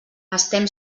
estem